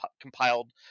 compiled